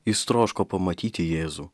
jis troško pamatyti jėzų